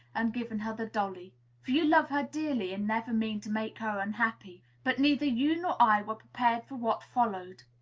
and given her the dolly for you love her dearly, and never mean to make her unhappy. but neither you nor i were prepared for what followed.